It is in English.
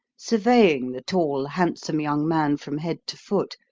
surveying the tall, handsome young man from head to foot,